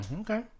okay